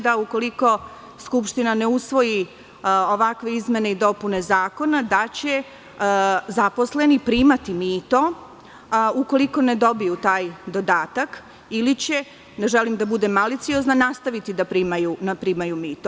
Da, ukoliko Skupština ne usvoji ovakve izmene i dopune zakona, da će zaposleni primati mito ukoliko ne dobiju taj dodatak, ili će, ne želim da budem maliciozna, nastaviti da primaju mito?